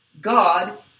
God